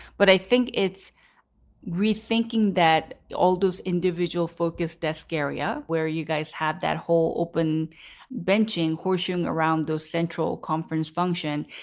but i think it's rethinking that all those individual focused desk area where you guys have that whole open benching, horsing around those central conference function.